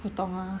不懂啊